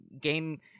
game